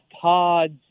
pods